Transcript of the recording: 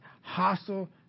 hostile